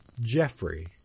jeffrey